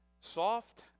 Soft